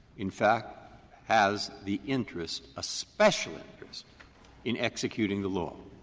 in fact has the interest, a special interest in executing the law,